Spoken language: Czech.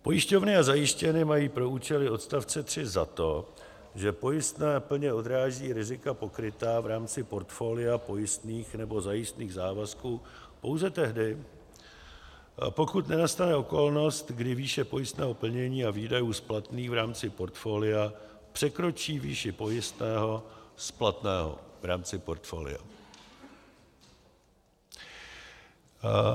Pojišťovny a zajišťovny mají pro účely odstavce 3 za to, že pojistné plně odráží rizika pokrytá v rámci portfolia pojistných nebo zajistných závazků pouze tehdy, pokud nenastane okolnost, kdy výše pojistného plnění a výdajů splatných v rámci portfolia překročí výši pojistného splatného v rámci portfolia.